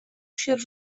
sir